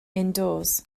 indoors